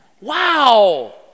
Wow